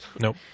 Nope